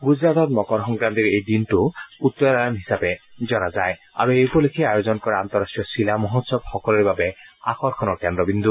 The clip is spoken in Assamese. গুজৰাটত মকৰ সংক্ৰান্তিৰ এই দিনটো উত্তৰায়ণ হিচাপে জনা যায় আৰু এই উপলক্ষে আয়োজন কৰা আন্তঃৰাষ্ট্ৰীয় চিলা মহোৎসৱ সকলোৰে বাবে আকৰ্ষণৰ কেন্দ্ৰবিন্দু